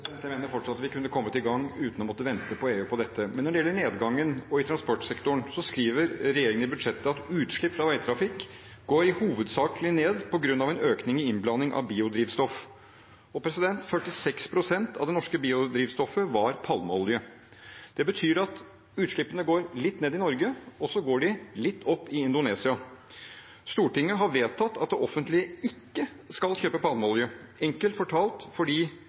Jeg mener fortsatt at vi kunne ha kommet i gang uten å måtte vente på EU på dette feltet. Men når det gjelder nedgangen i transportsektoren, skriver regjeringen i budsjettet at utslipp i veitrafikk hovedsakelig går ned på grunn av en økning i andelen innblanding av biodrivstoff. 46 pst. av det norske biodrivstoffet var palmeolje. Det betyr at utslippene går litt ned i Norge, og så går de litt opp i Indonesia. Stortinget har vedtatt at det offentlige ikke skal kjøpe palmeolje, enkelt fortalt fordi